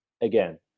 again